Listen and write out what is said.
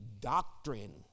doctrine